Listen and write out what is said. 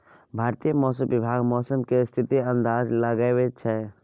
भारतीय मौसम विभाग मौसम केर स्थितिक अंदाज लगबै छै